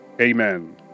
amen